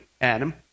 Adam